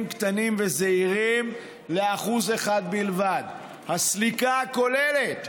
קטנים וזעירים ל-1% בלבד הסליקה הכוללת,